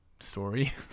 story